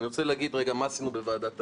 אני רוצה להגיד מה עשינו בוועדת הפנים.